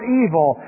evil